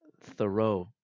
Thoreau